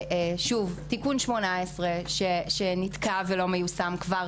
תיקון 18 שנתקע ולא מיושם כבר